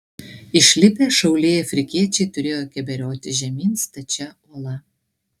išlipę šauliai afrikiečiai turėjo keberiotis žemyn stačia uola